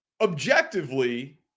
Objectively